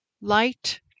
light